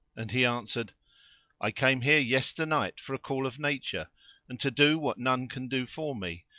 and he answered i came here yesternight for a call of nature and to do what none can do for me,